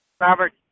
Robert